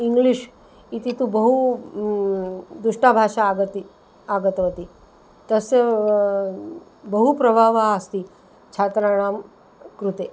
English इति तु बहु दुष्टा भाषा आगता आगतवती तस्य बहु प्रभावः अस्ति छात्राणां कृते